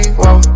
whoa